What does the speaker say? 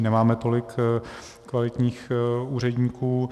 Nemáme tolik kvalitních úředníků.